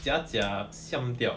假假 siam 掉